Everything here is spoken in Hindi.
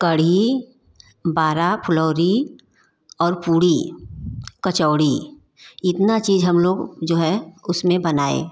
कढ़ी बारा फुलौरी और पूरी कचौरी इतना चीज़ हम लोग जो है उसमें बनाएँ